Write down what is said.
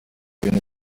bintu